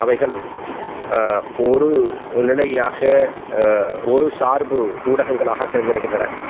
அவைகள் ஒரு நிலையாக ஒரு சார்பு ஊடகங்களாக செயல்படுகின்றன